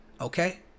okay